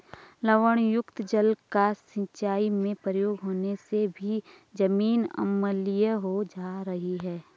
लवणयुक्त जल का सिंचाई में प्रयोग होने से भी जमीन अम्लीय हो जा रही है